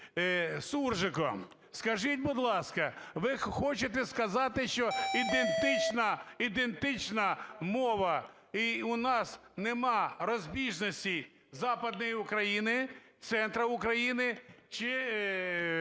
суржиком? Скажіть, будь ласка, ви хочете сказати, що ідентична мова, і у нас нема розбіжностей Западной Украины, Центра Украины чи частини